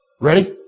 Ready